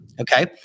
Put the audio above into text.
okay